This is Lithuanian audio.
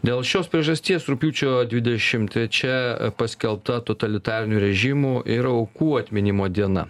dėl šios priežasties rugpjūčio dvidešimt trečia paskelbta totalitarinių režimų ir aukų atminimo diena